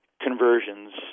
conversions